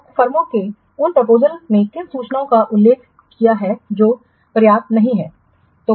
तो फर्मों ने उन प्रपोजलस में किन सूचनाओं का उल्लेख किया है जो पर्याप्त नहीं है